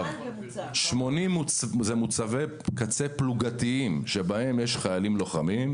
זה מוצבי קצה פלוגתיים שבהם יש חיילים לוחמים.